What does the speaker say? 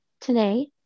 today